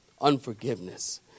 Unforgiveness